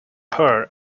her